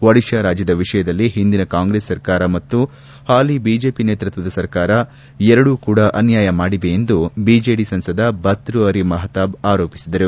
ಓಡಿತಾ ರಾಜ್ಯದ ವಿಷಯದಲ್ಲಿ ಒಂದಿನ ಕಾಂಗ್ರೆಸ್ ಸರ್ಕಾರ ಮತ್ತು ಹಾಲಿ ಐಜೆಪಿ ನೇತೃತ್ವದ ಸರ್ಕಾರ ಎರಡೂ ಅನ್ನಾಯ ಮಾಡಿವೆ ಎಂದು ಐಜೆಡಿ ಸಂಸದ ಭತ್ವಪರಿ ಮಹತಾಬ್ ಆರೋಪಿಸಿದರು